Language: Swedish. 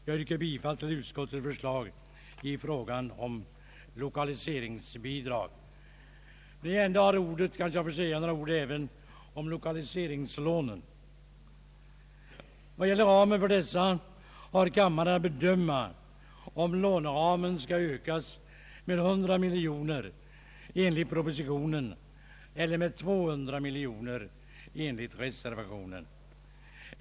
Jag yrkar bifall till utskottets förslag i fråga om lokaliseringsbidragen. När jag ändå har ordet, kanske jag får yttra mig om lokaliseringslånen. Då det gäller ramen för dessa har kammaren att bedöma om låneramen skall ökas med 100 miljoner kronor enligt propositionen, eller med 200 miljoner kronor enligt reservationen.